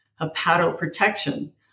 hepatoprotection